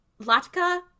Latka